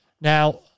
Now